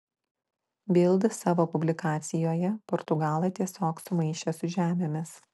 bild savo publikacijoje portugalą tiesiog sumaišė su žemėmis